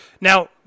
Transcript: Now